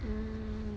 mm